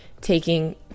taking